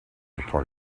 report